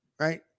Right